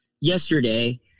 yesterday